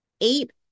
eight